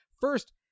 First